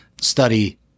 study